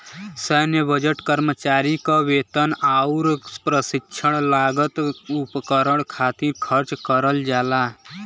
सैन्य बजट कर्मचारी क वेतन आउर प्रशिक्षण लागत उपकरण खातिर खर्च करल जाला